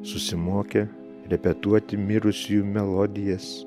susimokė repetuoti mirusiųjų melodijas